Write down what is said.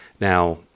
Now